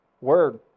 Word